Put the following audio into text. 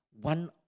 one